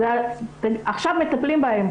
עכשיו מטפלים בהן.